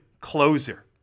closer